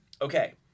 Okay